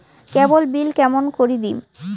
কেবল bill কেমন করি দিম?